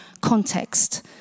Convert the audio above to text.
context